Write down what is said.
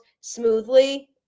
smoothly